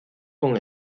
con